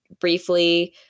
briefly